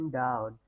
down